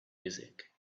music